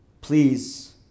Please